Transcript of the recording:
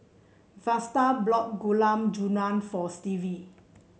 Vlasta Gulab Jamun for Stevie